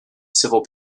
civil